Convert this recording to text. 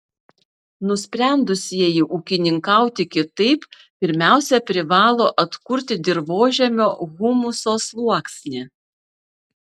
nusprendusieji ūkininkauti kitaip pirmiausia privalo atkurti dirvožemio humuso sluoksnį